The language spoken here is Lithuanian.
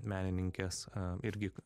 menininkės irgi